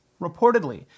reportedly